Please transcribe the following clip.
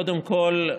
קודם כול,